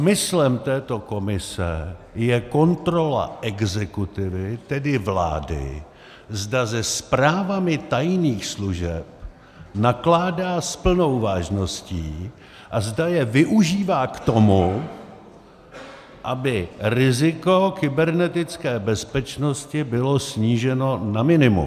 Smyslem této komise je kontrola exekutivy, tedy vlády, zda se zprávami tajných služeb nakládá s plnou vážností a zda je využívá k tomu, aby riziko kybernetické bezpečnosti bylo sníženo na minimum.